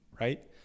right